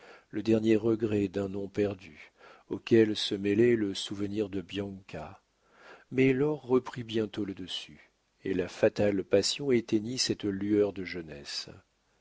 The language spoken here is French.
le dernier regret d'un nom perdu auquel se mêlait le souvenir de bianca mais l'or reprit bientôt le dessus et la fatale passion éteignit cette lueur de jeunesse